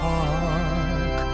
Park